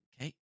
Okay